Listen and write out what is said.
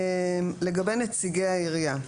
לגבי נציגי העירייה,